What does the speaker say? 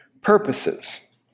purposes